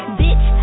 bitch